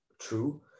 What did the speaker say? true